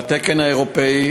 והתקן האירופי,